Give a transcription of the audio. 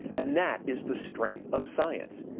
and that is the strength of science.